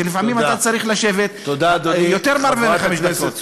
שלפעמים אתה צריך לשבת יותר מ-45 דקות.